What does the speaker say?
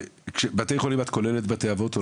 כאשר מדובר על בתי חולים את כוללת בתי אבות?